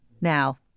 Now